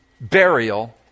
burial